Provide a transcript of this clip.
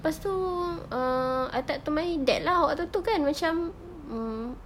lepas itu err I talk to my dad lah waktu itu kan macam mm